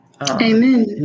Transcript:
Amen